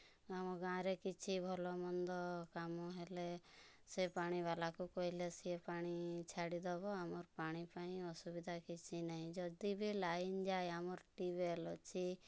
ଆମ ଗାଁରେ କିଛି ଭଲ ମନ୍ଦ କାମ ହେଲେ ସେ ପାଣିବାଲାକୁ କହିଲେ ସେ ପାଣି ଛାଡ଼ି ଦବ ଆମର୍ ପାଣି ପାଇଁ ଅସୁବିଧା କିଛି ନାଇ ଯଦି ବି ଲାଇନ୍ ଯାଏ ଆମର ଟ୍ୟୁବ୍ୱେଲ୍ ଅଛି